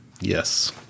Yes